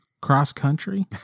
Cross-country